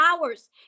hours